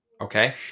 Okay